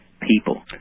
people